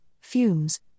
fumes